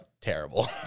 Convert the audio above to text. terrible